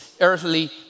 earthly